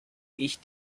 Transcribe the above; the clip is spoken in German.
ich